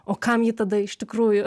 o kam ji tada iš tikrųjų